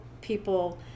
people